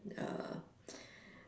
err